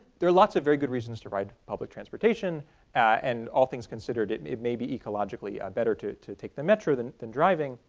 there are lots of very good reasons to ride public transportation and all things considered it and it may be more ecologically better to to take the metro than than driving,